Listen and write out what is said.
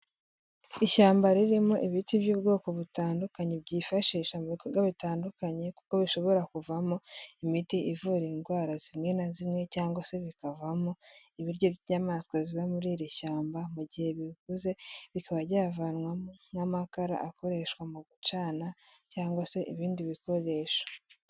Ishyamba ririmo ibiti by'ubwoko butandukanye, byifashisha mu bikorwa bitandukanye, kuko bishobora kuvamo imiti ivura indwara zimwe na zimwe, cyangwa se bikavamo ibiryo by'inyamaswa ziba muri iri shyamba, mu gihe bivuze bikaba byavanwamo nk'amakara akoreshwa mu gucana cyangwa se ibindi bikoresho.